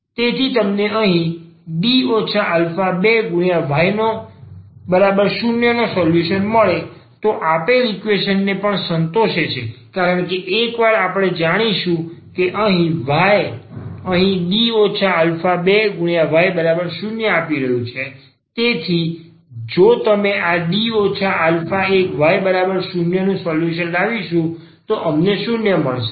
તેથી જો તમને અહીં y0 નો સોલ્યુશન મળે તો આ આપેલ ઈક્વેશન ને પણ સંતોષે છે કારણ કે એકવાર આપણે જાણીશું કે આ y અહીં y0 આપી રહ્યું છે તેથી જો તમે આ y0 નું સોલ્યુશન લાવીશું તો અમને 0 મળશે